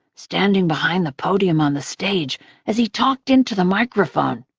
standing behind the podium on the stage as he talked into the microphone.